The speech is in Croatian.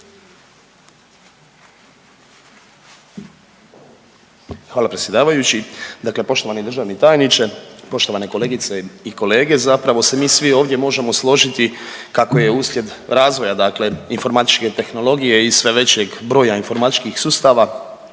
Hvala predsjedavajući. Dakle, poštovani državni tajniče, poštovane kolegice i kolege zapravo se mi svi ovdje možemo složiti kako je uslijed razvoja, dakle informatičke tehnologije i sve većeg broja informatičkih sustava